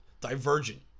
Divergent